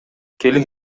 келин